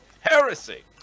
heresy